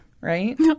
Right